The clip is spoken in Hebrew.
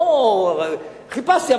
לא חיפשתי,